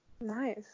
nice